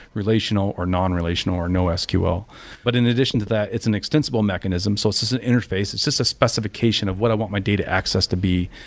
relational or non-relational or nosql but in addition to that, it's an extensible mechanism so it's it's an interface, it's just a specification of what i want my data access to be,